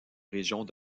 régions